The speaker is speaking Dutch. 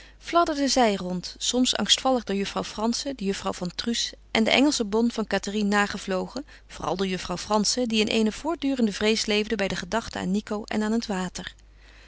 fladderden zij rond soms angstvallig door juffrouw frantzen de juffrouw van truus en de engelsche bonne van cathérine nagevlogen vooral door juffrouw frantzen die in eene voortdurende vrees leefde bij de gedachte aan nico en aan het water